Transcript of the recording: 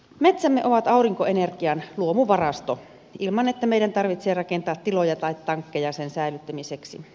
metsämme ovat aurinkoenergian luomuvarasto ilman että meidän tarvitsee rakentaa tiloja tai tankkeja sen säilyttämiseksi